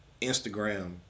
Instagram